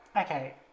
okay